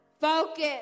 Focus